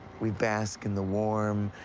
we'd bask in the warm,